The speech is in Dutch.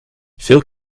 veel